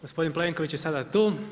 Gospodin Plenković je sada tu.